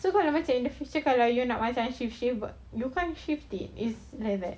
so kalau macam in the future kalau nak macam shift shift but you can't shift it is like that